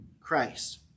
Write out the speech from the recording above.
Christ